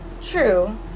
true